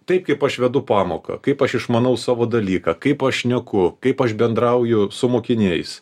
taip kaip aš vedu pamoką kaip aš išmanau savo dalyką kaip aš šneku kaip aš bendrauju su mokiniais